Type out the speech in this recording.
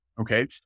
Okay